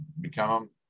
become